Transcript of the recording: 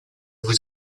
vous